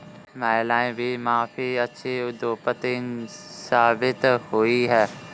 महिलाएं भी काफी अच्छी उद्योगपति साबित हुई हैं